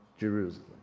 Jerusalem